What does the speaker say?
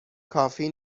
کافی